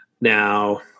Now